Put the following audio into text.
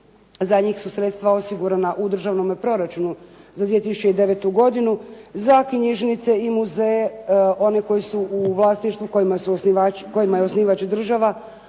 za njih su sredstva osigurana u državnome proračunu za 2009. godinu. Za knjižnice i muzeje one koji su u vlasništvu, kojima je osnivač država